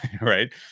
right